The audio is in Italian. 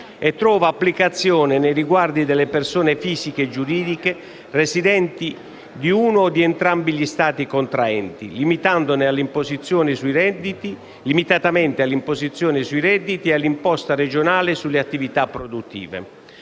e trova applicazione nei riguardi delle persone fisiche e giuridiche residenti in uno o in entrambi gli Stati contraenti, limitatamente all'imposizione sui redditi e all'imposta regionale sulle attività produttive.